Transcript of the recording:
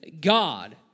God